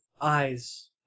eyes